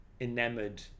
enamored